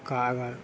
का अगर